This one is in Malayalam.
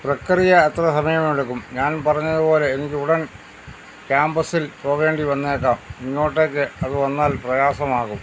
പ്രക്രിയ എത്ര സമയമെടുക്കും ഞാൻ പറഞ്ഞതുപോലെ എനിക്ക് ഉടൻ ക്യാമ്പസിൽ പോകേണ്ടി വന്നേക്കാം ഇങ്ങോട്ടേക്ക് അത് വന്നാൽ പ്രയാസമാകും